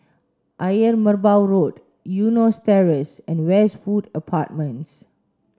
Ayer Merbau Road Eunos Terrace and Westwood Apartments